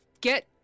get